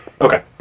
Okay